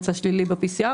יצא שלילי ב-PCR